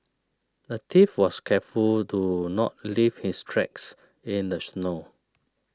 the thief was careful to not leave his tracks in the snow